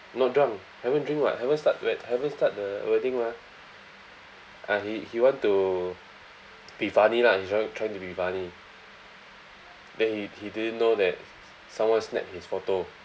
not drunk haven't drink [what] haven't start wed~ haven't start the wedding mah ah he he want to be funny lah he's trying trying to be funny then he he didn't know that someone snapped his photo